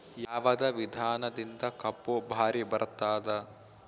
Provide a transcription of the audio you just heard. ಯಾವದ ವಿಧಾನದಿಂದ ಕಬ್ಬು ಭಾರಿ ಬರತ್ತಾದ?